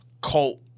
cult